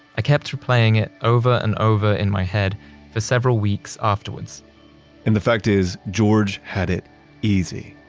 i kept replaying it over and over in my head for several weeks afterwards and the fact is, george had it easy.